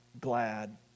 glad